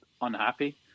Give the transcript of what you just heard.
unhappy